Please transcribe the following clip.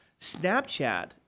Snapchat